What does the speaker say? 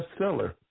bestseller